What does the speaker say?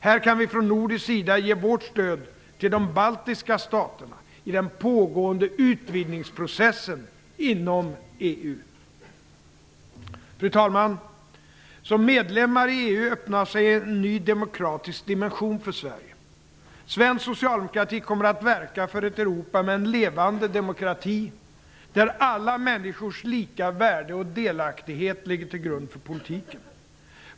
Vi kan från nordisk sida ge vårt stöd till de baltiska staterna i den pågående utvidgningsprocessen inom EU. Fru talman! När Sverige blir medlem i EU öppnar sig en ny demokratisk dimension för oss i Sverige. Svensk socialdemokrati kommer att verka för ett Europa med en levande demokrati där alla människors lika värde och delaktighet ligger till grund för politiken.